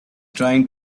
trying